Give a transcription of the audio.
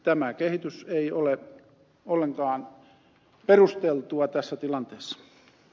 tämä kehitys ei ole ollenkaan perusteltua tässä tilanteessa